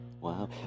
Wow